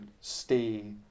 stay